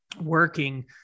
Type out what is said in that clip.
working